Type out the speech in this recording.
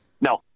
No